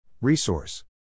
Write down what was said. Resource